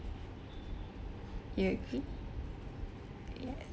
you agree yes